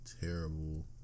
terrible